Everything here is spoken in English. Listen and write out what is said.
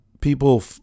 People